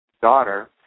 daughter